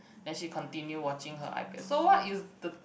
then she continue watching her iPad so what is the